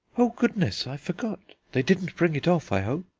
oh goodness! i forgot! they didn't bring it off, i hope.